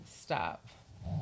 stop